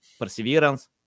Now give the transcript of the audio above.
perseverance